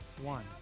one